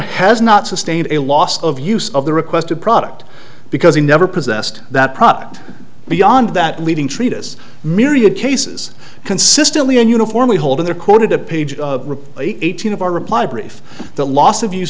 has not sustained a loss of use of the requested product because he never possessed that product beyond that leading treatise myriad cases consistently and uniformly hold their quota to page eighteen of our reply brief the loss of use